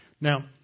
Now